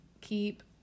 Keep